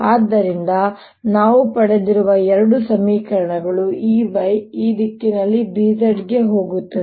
ಆದ್ದರಿಂದ ನಾವು ಪಡೆದಿರುವ ಎರಡು ಸಮೀಕರಣಗಳು ಈ Ey ಗೆ ಈ ದಿಕ್ಕಿನಲ್ಲಿ Bz ಹೋಗುತ್ತವೆ